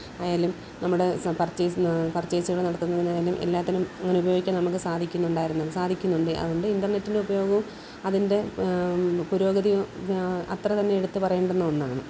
ആയാലും നമ്മുടെ പർച്ചേസ് പർച്ചേസുകൾ നടത്തുന്നതിനായാലും എല്ലാത്തിനും ഇങ്ങനെ ഉപയോഗിക്കാൻ നമുക്ക് സാധിക്കുന്നുണ്ടായിരുന്നു സാധിക്കുന്നുണ്ട് അതുകൊണ്ട് ഇൻറ്റർനെറ്റിൻ്റെ ഉപയോഗവും അതിൻ്റെ പുരോഗതിയും അത്ര തന്നെ എടുത്തുപറയേണ്ടുന്ന ഒന്നാണ്